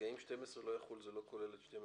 אם 12 לא יחול זה לא כולל את 12ב?